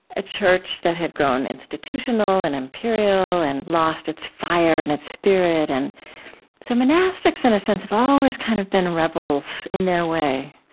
a church that had grown institutional and imperial and lost its fire and its spirit. and so monastics, in a sense, have always kind of been rebels, in their way.